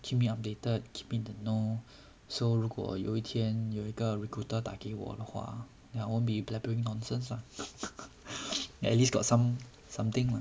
keep me updated keep in the know so 如果有一天有一个 recruiter 打给我的话 I won't be blabbering nonsense lah at least got some something lah